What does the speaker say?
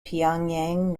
pyongyang